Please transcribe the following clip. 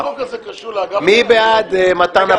מי בעד מתן הפטור?